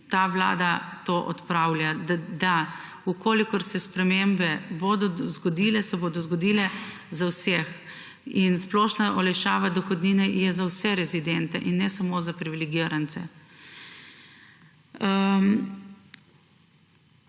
Ta vlada to odpravlja. Če se bodo spremembe zgodile, se bodo zgodile za vse. Splošna olajšava dohodnine je za vse rezidente in ne samo za privilegirance.